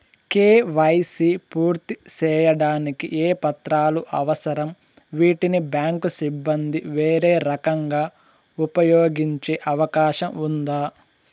KYC పూర్తి సేయడానికి ఏ పత్రాలు అవసరం, వీటిని బ్యాంకు సిబ్బంది వేరే రకంగా ఉపయోగించే అవకాశం ఉందా?